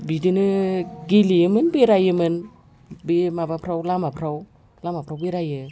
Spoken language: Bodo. बिदिनो गेलेयोमोन बेरायोमोन बे माबाफ्राव लामाफ्राव लामाफ्राव बेरायो